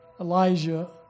Elijah